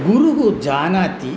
गुरुः जानाति